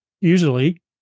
Usually